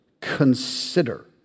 consider